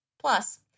Plus